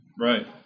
Right